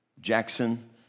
Jackson